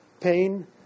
Pain